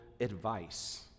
advice